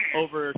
over